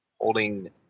holding